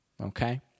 Okay